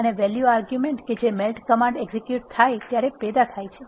અને value argument કે જે મેલ્ટ કમાન્ડ એક્ઝીક્યુટ થાય ત્યારે પેદા થાય છે